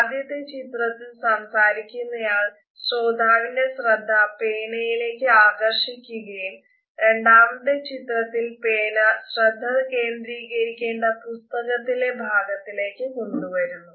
ആദ്യത്തെ ചിത്രത്തിൽ സംസാരിക്കുന്നയാൾ ശ്രോതാവിന്റെ ശ്രദ്ധ പേനയിലേക്ക് ആകർഷിക്കുകയും രണ്ടാമത്തെ ചിത്രത്തിൽ പേന ശ്രദ്ധ കേന്ദ്രീകരിക്കേണ്ട പുസ്തകത്തിലെ ഭാഗത്തേക്ക് കൊണ്ട് വരുന്നു